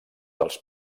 els